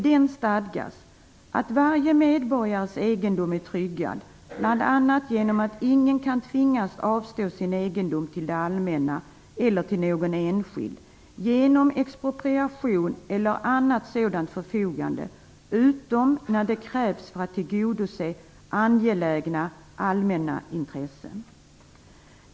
Där stadgas att varje medborgares egendom är tryggad bl.a. genom att ingen kan tvingas avstå sin egendom till det allmänna eller till någon enskild, genom expropriation eller annat sådant förfarande, utom när det krävs för att angelägna allmänna intressen skall tillgodoses.